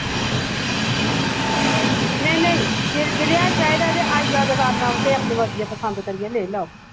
नेईं नेईं जे जदेहा चाहिदा ते आई जाओ दुकाना पर ते अपनी मर्जी दा पसंद करियै लेई लाओ